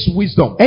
wisdom